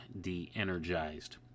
de-energized